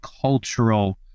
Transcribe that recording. cultural